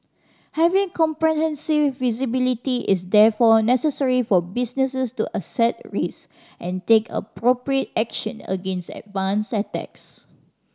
having comprehensive visibility is therefore necessary for businesses to assess risk and take appropriate action against advanced attacks